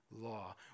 law